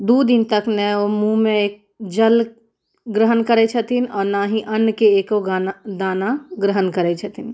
दू दिन तक नहि ओ मूँहमे एक जल ग्रहण करैत छथिन आओर नहि अन्नके एको गाना दाना ग्रहण करैत छथिन